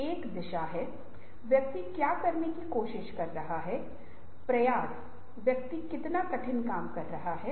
यदि इसे लागू किया जाता है जिसे कार्यस्थल पर नवीनीकरण कहा जाता है